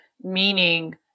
meaning